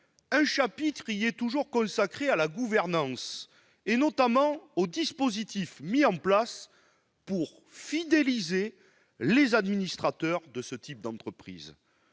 un chapitre y est toujours consacré à la gouvernance, notamment au dispositif mis en place pour fidéliser les administrateurs de ce type d'entreprise.